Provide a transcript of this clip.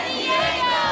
Diego